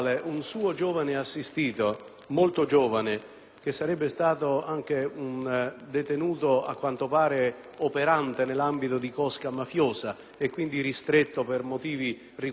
(che sarebbe stato anche un detenuto operante nell'ambito di una cosca mafiosa e quindi ristretto per motivi riguardanti tale sua compromissione),